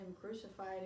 crucified